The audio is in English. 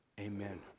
Amen